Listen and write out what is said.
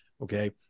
Okay